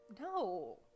No